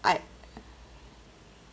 I